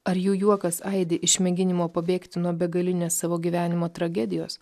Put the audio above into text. ar jų juokas aidi iš mėginimo pabėgti nuo begalinės savo gyvenimo tragedijos